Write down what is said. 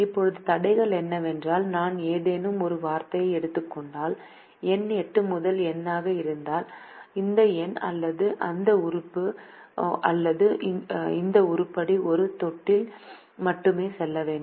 இப்போது தடைகள் என்னவென்றால் நான் ஏதேனும் ஒரு வார்த்தையை எடுத்துக் கொண்டால் எண் 8 முதல் எண்ணாக இருந்தால் இந்த எண் அல்லது இந்த உறுப்பு அல்லது இந்த உருப்படி ஒரு தொட்டியில் மட்டுமே செல்ல வேண்டும்